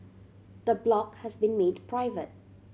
the blog has been made private